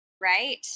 right